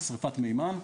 ספק מהימן.